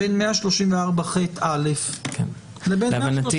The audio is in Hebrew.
סעיף 134ח(א) לבין --- להבנתי